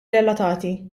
relatati